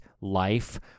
life